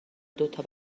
دوتا